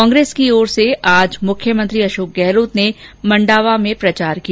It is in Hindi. कांग्रेस की ओर से मुख्यमंत्री अशोक गहलोत ने आज मंडावा में प्रचार किया